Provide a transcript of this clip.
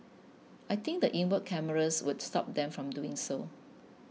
I think the inward cameras would stop them from doing so